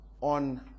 on